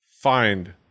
find